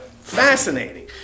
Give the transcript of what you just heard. Fascinating